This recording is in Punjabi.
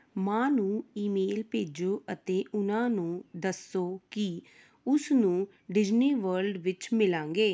ਮਾਂ ਨੂੰ ਈਮੇਲ ਭੇਜੋ ਅਤੇ ਉਹਨਾਂ ਨੂੰ ਦੱਸੋ ਕਿ ਉਸ ਨੂੰ ਡਿਜ਼ਨੀ ਵਰਲਡ ਵਿੱਚ ਮਿਲਾਂਗੇ